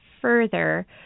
further